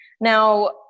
Now